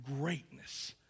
greatness